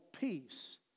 peace